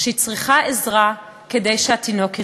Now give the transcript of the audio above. שהיא צריכה עזרה כדי שהתינוק יחיה.